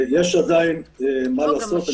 יש עדיין מה לעשות.